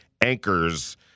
anchors